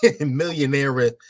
millionaire